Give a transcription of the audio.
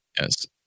Yes